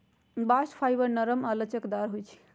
bast fibre नरम आऽ लचकदार होइ छइ